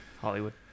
hollywood